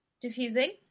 Diffusing